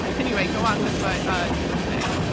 and anyway, go on with what you were saying.